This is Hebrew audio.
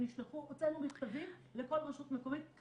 הוצאנו מכתבים לכל רשות מקומית.